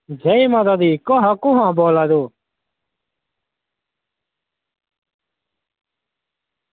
जै माता दी कुत्थां कुन बोल्ला दे ओ